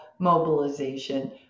mobilization